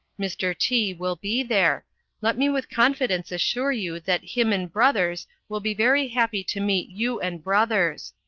mr. t will be there let me with confidence assure you that him and brothers will be very happy to meet you and brothers.